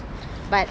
but